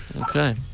Okay